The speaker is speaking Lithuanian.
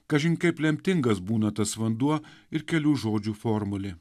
kažin kaip lemtingas būna tas vanduo ir kelių žodžių formulė